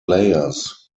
layers